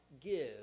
give